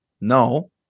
No